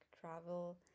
travel